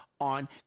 on